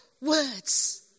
words